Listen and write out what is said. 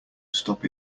stop